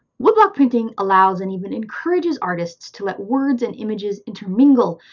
wood block printing allows and even encourages artists to let words and images intermingle,